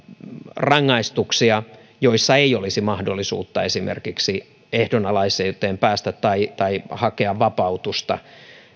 rangaistuksia joissa ei olisi mahdollisuutta esimerkiksi ehdonalaisuuteen päästä tai tai hakea vapautusta